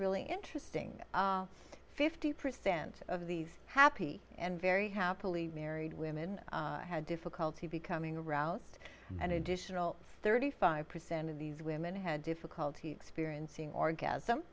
really interesting fifty percent of these happy and very happily married women had difficulty becoming aroused and additional thirty five percent of these women had difficulty experiencing orgasm